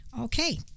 okay